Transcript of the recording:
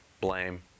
blame